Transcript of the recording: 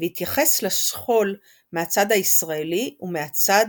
והתייחס לשכול מהצד הישראלי ומהצד